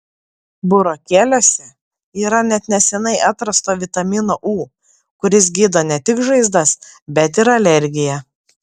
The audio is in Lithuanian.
burokėliuose yra net neseniai atrasto vitamino u kuris gydo ne tik žaizdas bet ir alergiją